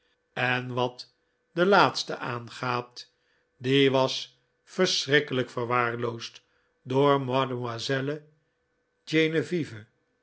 en wat de laatste aangaat die was verschrikkelijk verwaarloosd door mademoiselle genevieve